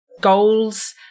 goals